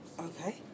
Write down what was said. okay